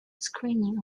screening